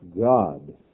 God